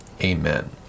Amen